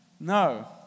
No